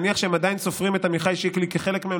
נניח שהם עדיין סופרים את עמיחי שיקלי כחלק מהם,